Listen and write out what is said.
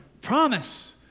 promise